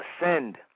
Ascend